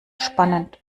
spannend